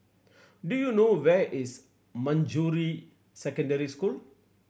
do you know where is Manjusri Secondary School